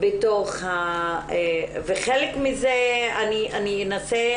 וחלק מזה אני אנסה